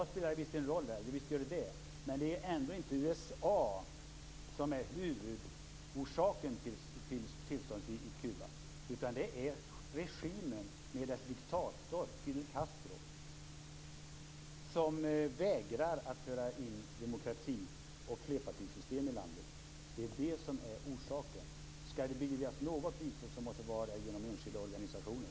Visst spelar USA en roll här. Men det är ändå inte USA som är huvudorsaken till tillståndet i Kuba, utan det är regimen med dess diktator Fidel Castro som vägrar att föra in demokrati och flerpartisystem i landet. Det är det som är orsaken. Skall det beviljas något bistånd måste det vara genom enskilda organisationer.